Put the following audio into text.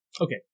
Okay